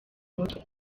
mutwe